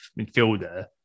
midfielder